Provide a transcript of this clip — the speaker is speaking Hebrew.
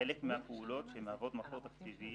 חלק מהפעולות שמהוות מקור תקציבי